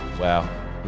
Wow